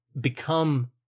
become